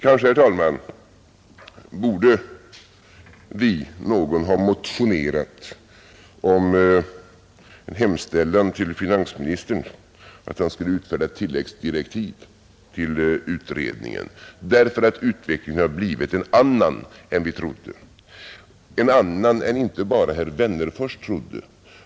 Kanske borde någon, herr talman, ha motionerat om en hemställan till finansministern att han skulle utfärda tilläggsdirektiv till utredningen därför att utvecklingen har blivit en annan än vi trodde — en annan än inte bara herr Wennerfors trodde.